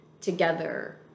together